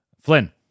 Flynn